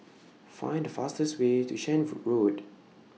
Find The fastest Way to Shenvood Road